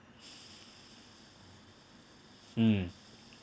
mm